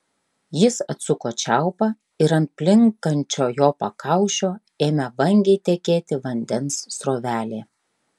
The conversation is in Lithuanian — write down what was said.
jis atsuko čiaupą ir ant plinkančio jo pakaušio ėmė vangiai tekėti vandens srovelė